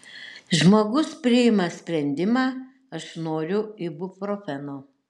žmogus priima sprendimą aš noriu ibuprofeno